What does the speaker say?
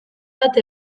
bat